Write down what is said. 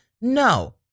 No